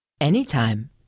anytime